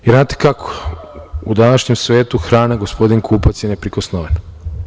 Znate kako, u današnjem svetu hrane gospodin kupac je neprikosnoven.